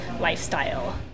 lifestyle